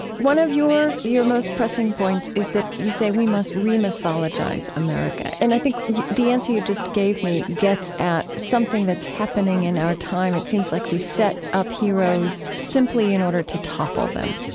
one of your your most pressing points is that you say we must re-mythologize america, and i think the answer you just gave me gets at something that's happening in our time. it seems like we set up heroes simply in order to topple them